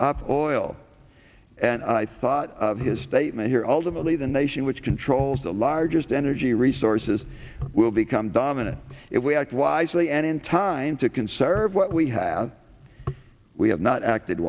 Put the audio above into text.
on oil and i thought his statement here ultimately the nation which controls the largest energy resources will become dominant if we act wisely and in time to conserve what we have we have not acted